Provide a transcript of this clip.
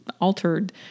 altered